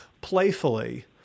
playfully